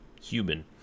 human